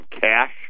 cash